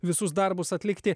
visus darbus atlikti